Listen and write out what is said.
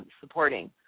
supporting